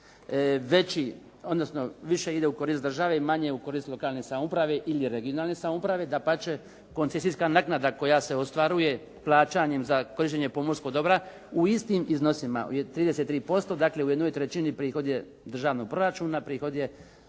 veći odnosno više ide u korist države a manje u korist lokalne samouprave ili regionalne samouprave. Dapače, koncesijska naknada koja se ostvaruje plaćanjem za korištenje pomorskog dobra u istim iznosima od 33%, dakle u jednoj trećini prihod je državnog proračuna, prihod je